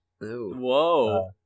Whoa